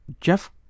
Jeff